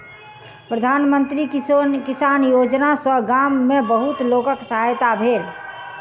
प्रधान मंत्री किसान योजना सॅ गाम में बहुत लोकक सहायता भेल